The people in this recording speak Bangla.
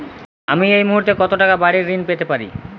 আমি এই মুহূর্তে কত টাকা বাড়ীর ঋণ পেতে পারি?